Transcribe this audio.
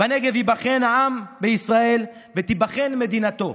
"בנגב ייבחן העם בישראל ותיבחן מדינתו,